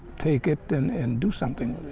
take it and and do something